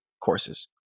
courses